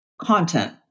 content